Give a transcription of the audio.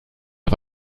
auf